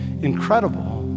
incredible